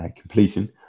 completion